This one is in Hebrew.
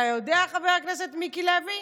אתה יודע, חבר הכנסת מיקי לוי?